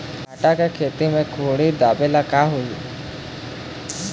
भांटा के खेती म कुहड़ी ढाबे ले का होही?